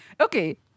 Okay